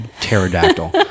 pterodactyl